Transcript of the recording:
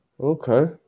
Okay